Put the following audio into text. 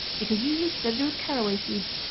it is usually studded with caraway seeds,